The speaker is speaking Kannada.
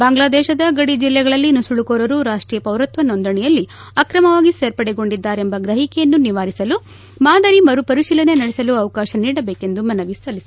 ಬಾಂಗ್ಲಾದೇಶದ ಗಡಿ ಜಿಲ್ಲೆಗಳಲ್ಲಿ ನುಸುಳುಕೋರರು ರಾಷ್ಷೀಯ ಪೌರತ್ವ ನೋಂದಣಿಯಲ್ಲಿ ಅಕ್ರಮವಾಗಿ ಸೇರ್ಪಡೆಗೊಂಡಿದ್ದಾರೆ ಎಂಬ ಗ್ರಹಿಕೆಯನ್ನು ನಿವಾರಿಸಲು ಮಾದರಿ ಮರುಪರಿಶೀಲನೆ ನಡೆಸಲು ಅವಕಾಶ ನೀಡಬೇಕೆಂದು ಮನವಿ ಸಲ್ಲಿಸಿದ್ದವು